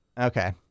Okay